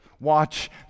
Watch